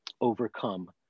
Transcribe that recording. overcome